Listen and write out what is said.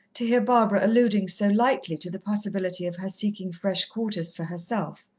to hear barbara alluding so lightly to the possibility of her seeking fresh quarters for herself.